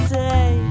day